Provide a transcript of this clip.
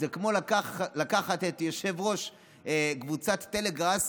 זה כמו לקחת את יושב-ראש קבוצת טלגראס